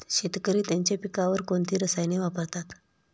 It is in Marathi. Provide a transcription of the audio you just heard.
शेतकरी त्यांच्या पिकांवर कोणती रसायने वापरतात?